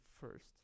first